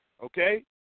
okay